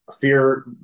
fear